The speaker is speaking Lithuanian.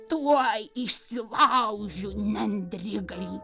tuoj išsilaužiu nendrigalį